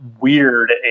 weird